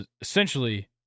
essentially